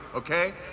Okay